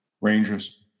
Rangers